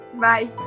Bye